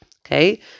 okay